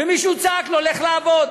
ומישהו צעק לו: לך לעבוד.